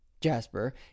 Jasper